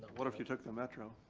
what if you took the metro?